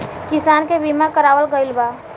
किसान के बीमा करावल गईल बा